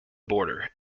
border